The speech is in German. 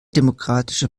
demokratische